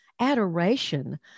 adoration